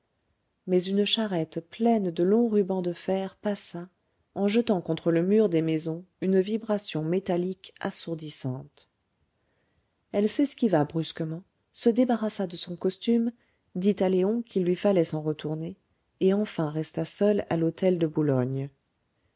mais une charrette pleine de longs rubans de fer passa en jetant contre le mur des maisons une vibration métallique assourdissante elle s'esquiva brusquement se débarrassa de son costume dit à léon qu'il lui fallait s'en retourner et enfin resta seule à l'hôtel de boulogne